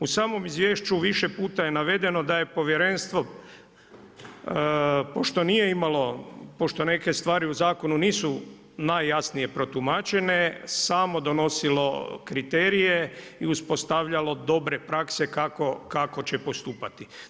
U samom izvješću više puta je navedeno da je povjerenstvo pošto nije imalo, pošto neke stvari u zakonu nisu najjasnije protumačene, samo donosilo kriterije i uspostavljalo dobre prakse kako će postupati.